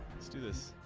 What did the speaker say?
see this